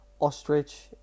ostrich